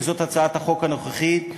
וזאת הצעת החוק הנוכחית,